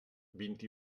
vint